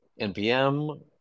NPM